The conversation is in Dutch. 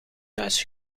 thuis